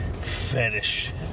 fetish